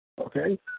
Okay